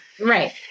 Right